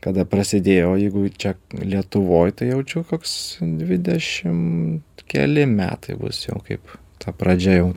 kada prasidėjo o jeigu čia lietuvoj tai jaučiu koks dvidešim keli metai bus jau kaip ta pradžia jau